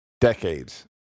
decades